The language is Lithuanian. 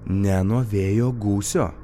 ne nuo vėjo gūsio